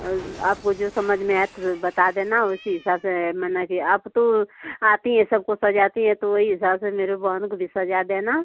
और आपको जो समझ में आए तो बता देना उसी हिसाब से मना कि आप तो आती हैं सबको सजाती हैं तो वही हिसाब से मेरी बहन को भी सजा देना